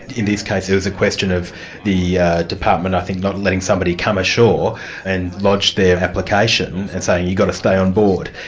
in this case there was a question of the department i think not letting somebody come ashore and lodge their application, and saying, you've got to stay on board,